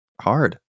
Hard